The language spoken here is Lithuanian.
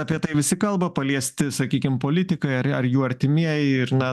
apie tai visi kalba paliesti sakykim politikai ar ar jų artimieji ir na